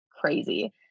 crazy